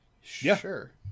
Sure